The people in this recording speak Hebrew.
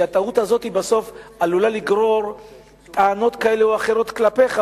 כשהטעות הזאת בסוף עלולה לגרור טענות כאלה או אחרות כלפיך,